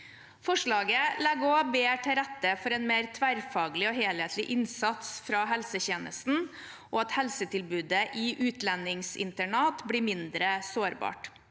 Forslaget legger også bedre til rette for en mer tverrfaglig og helhetlig innsats fra helsetjenesten og at helsetilbudet i utlendingsinternat blir mindre sårbart.